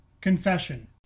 Confession